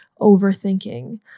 overthinking